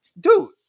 dude